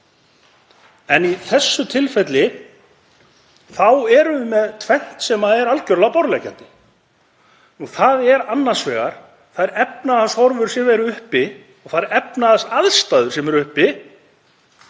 En í þessu tilfelli erum við með tvennt sem er algerlega borðleggjandi. Það eru annars vegar þær efnahagshorfur sem eru uppi og þær efnahagsaðstæður sem eru uppi